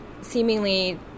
seemingly